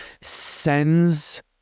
sends